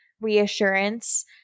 reassurance